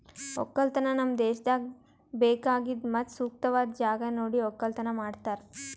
ಒಕ್ಕಲತನ ನಮ್ ದೇಶದಾಗ್ ಬೇಕಾಗಿದ್ ಮತ್ತ ಸೂಕ್ತವಾದ್ ಜಾಗ ನೋಡಿ ಒಕ್ಕಲತನ ಮಾಡ್ತಾರ್